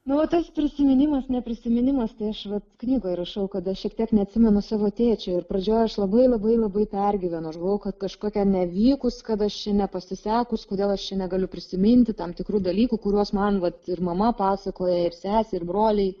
na vat tas prisiminimas ne prisiminimas tai aš vat knygoj rašau kada šiek tiek neatsimenu savo tėčio ir pradžioj aš labai labai labai pergyvenau aš galvojau kad kažkokia nevykus kad aš nepasisekus kodėl aš čia negaliu prisiminti tam tikrų dalykų kuriuos man vat ir mama pasakoja ir sesė ir broliai